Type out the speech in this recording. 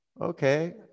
Okay